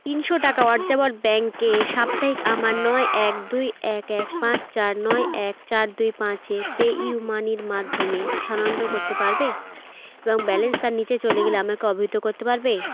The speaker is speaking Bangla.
তিনশো টাকা অর্যাবর্ত ব্যাঙ্কে সাপ্তাহিক আমার নয় এক দুই এক এক পাঁচ চার নয় এক চার দুই পাঁচে পেইউ মানির মাধ্যমে স্থানান্তর করতে পারবে এবং ব্যালেন্স তার নিচে চলে গেলে আমাকে অবহিত করতে পারবে